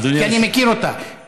כי אני מכיר אותה.